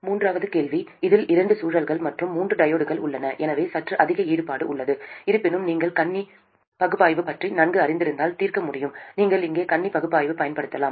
மூன்றாவது கேள்வி இதில் இரண்டு சுழல்கள் மற்றும் மூன்று டையோட்கள் உள்ளன எனவே சற்று அதிக ஈடுபாடு உள்ளது இருப்பினும் நீங்கள் கண்ணி பகுப்பாய்வு பற்றி நன்கு அறிந்திருந்தால் தீர்க்க முடியும் நீங்கள் இங்கே கண்ணி பகுப்பாய்வு பயன்படுத்தலாம்